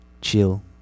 chill